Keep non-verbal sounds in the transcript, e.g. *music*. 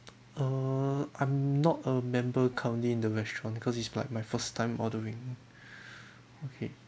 err I'm not a member currently in the restaurant cause it's like my first time ordering *breath* okay